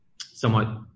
somewhat